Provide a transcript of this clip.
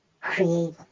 create